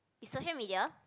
is social media